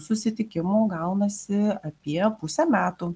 susitikimų gaunasi apie pusę metų